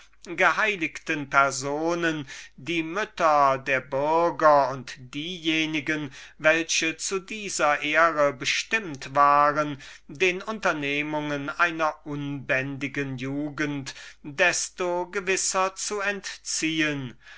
geheiligte personen die mütter der bürger und diejenige welche zu dieser ehre bestimmt waren den unternehmungen einer unbändigen jugend desto gewisser zu entziehen